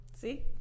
See